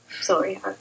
Sorry